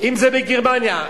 אם בגרמניה,